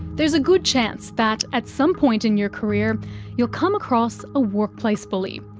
there's a good chance that at some point in your career you'll come across a workplace bully,